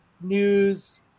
news